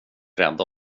rädda